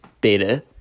Beta